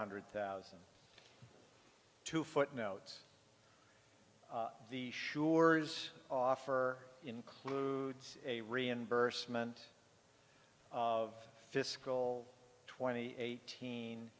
hundred thousand two footnotes the sures offer includes a reimbursement of fiscal twenty eighteen